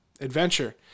adventure